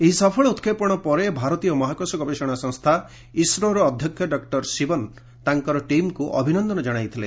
ଏହି ସଫଳ ଉତ୍କ୍ଷେପଣ ପରେ ଭାରତୀୟ ମହାକାଶ ଗବେଷଣା ସଂସ୍ଥା ଇସ୍ରୋର ଅଧ୍ୟକ୍ଷ ଡକ୍କର ଶିବନ୍ ତାଙ୍କର ଟିମ୍କୁ ଅଭିନନ୍ଦନ ଜଣାଇଥିଲେ